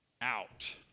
out